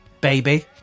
baby